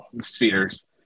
Speeders